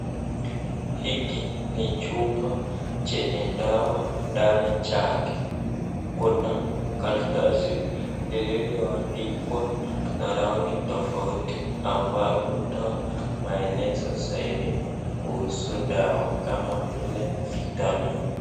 Hiki ni chupa chenye dawa ndani chake, kuna karatasi lilioandikwa na rangi tafauti ambao utoa maelezo zaidi kuuzu dawa kama vile vitamini.